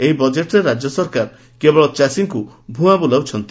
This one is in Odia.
ଏହି ବଜେଟ୍ରେ ରାଜ୍ୟ ସରକାର କେବଳ ଚାଷୀଙ୍କୁ ଭୁଆଁ ବୁଲାଉଛନ୍ତି